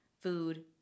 food